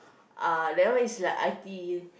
uh that one is like I_T_E